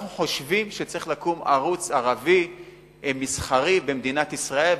אנחנו חושבים שצריך לקום ערוץ ערבי מסחרי במדינת ישראל,